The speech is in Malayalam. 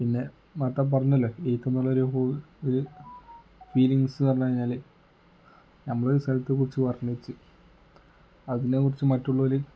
പിന്നെ പറഞ്ഞില്ലേ എഴുത്തെന്നുള്ളൊരു ഒരു ഫീലിങ്ങ്സെന്നു പറഞ്ഞു കഴിഞ്ഞാൽ നമ്മൾ ഒരു സ്ഥലത്തെക്കുറിച്ച് വർണ്ണിച്ച് അതിനെക്കുറിച്ച് മറ്റുള്ളവർ